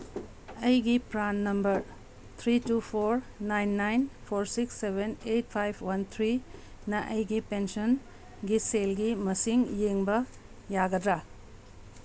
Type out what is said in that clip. ꯑꯩꯒꯤ ꯄ꯭ꯔꯥꯟ number three two four nine nine four six seven eight five one ꯊ꯭ꯔꯤꯅ ꯑꯩꯒꯤ ꯄꯦꯟꯁꯟꯒꯤ ꯁꯦꯜꯒꯤ ꯃꯁꯤꯡ ꯌꯦꯡꯕ ꯌꯥꯒꯗ꯭ꯔꯥ